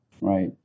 right